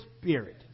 Spirit